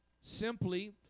simply